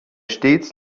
stets